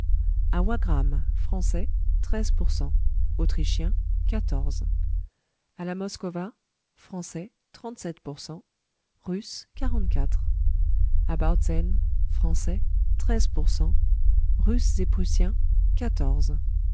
wagram français treize pour cent autrichiens quatorze à la moskowa français trente-sept pour cent russes quarante-quatre à bautzen français treize pour cent russes et prussiens quatorze